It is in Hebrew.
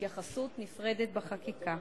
התייחסות נפרדת בחקיקה.